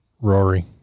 Rory